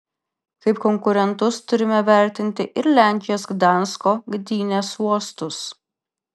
kaip konkurentus turime vertinti ir lenkijos gdansko gdynės uostus